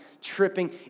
tripping